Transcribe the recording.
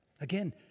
Again